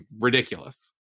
ridiculous